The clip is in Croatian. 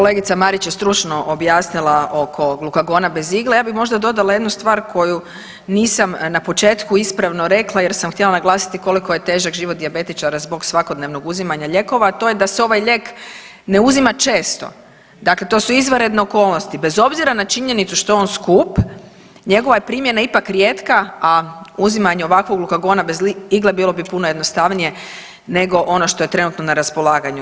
Evo kolegica Marić je stručno objasnila oko glukagona bez igle, ja bih možda dodala jednu stvar koju nisam na početku ispravno rekla jer sam htjela naglasiti koliko je težak život dijabetičara zbog svakodnevnog uzimanja lijekova, a to je da se ovaj lijek ne uzima često, dakle to su izvanredne okolnosti bez obzira na činjenicu što je on skup njega je primjena ipak rijetka, a uzimanje ovakvog glukagona bez igle bilo bi puno jednostavnije nego ono što je trenutno na raspolaganju.